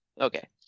Okay